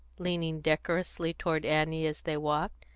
leaning decorously toward annie as they walked,